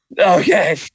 Okay